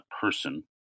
person